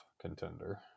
contender